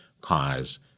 cause